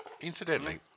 Incidentally